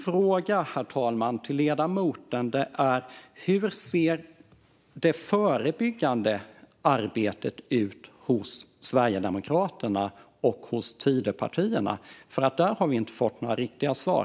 Min fråga till ledamoten är hur det ser ut hos Sverigedemokraterna och hos Tidöpartierna när det gäller det förebyggande arbetet. Där har vi nämligen inte fått några riktiga svar.